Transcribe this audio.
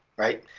right?